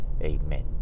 Amen